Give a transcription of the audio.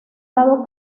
dado